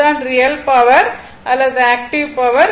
இது தான் real power அல்லது ஆக்டிவ் பவர்